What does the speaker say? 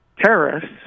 terrorists